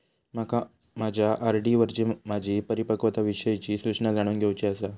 माका माझ्या आर.डी वरची माझी परिपक्वता विषयची सूचना जाणून घेवुची आसा